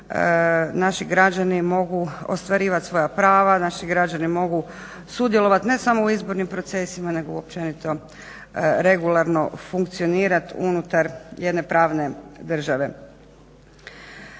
naši građani mogu ostvarivat svoja prava, naši građani mogu sudjelovat ne samo u izbornim procesima, nego u općenito regularno funkcionirat unutar jedne pravne države.